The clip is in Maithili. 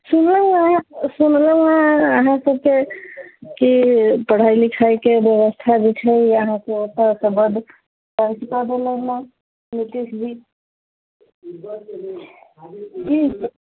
सुनू ने सुनलहुँ हँ अहाँ सबके कि पढ़ै लिखैके बेबस्था जे छै अहाँ सबपरसँ बड़ खर्च करि देलनि हँ नीतिशजी की